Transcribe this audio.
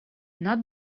not